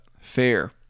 fair